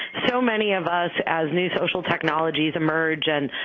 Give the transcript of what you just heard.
so many of us as new social technologies emerge and